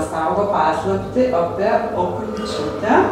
saugo paslaptį apie okuličiūtę